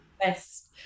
best